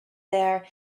there